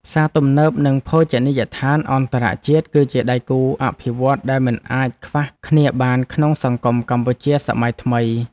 ផ្សារទំនើបនិងភោជនីយដ្ឋានអន្តរជាតិ គឺជាដៃគូអភិវឌ្ឍន៍ដែលមិនអាចខ្វះគ្នាបានក្នុងសង្គមកម្ពុជាសម័យថ្មី។